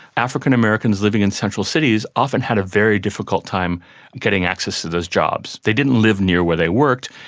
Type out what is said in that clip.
african americans living in central cities often had a very difficult time getting access to those jobs. they didn't live near where they worked,